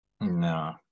No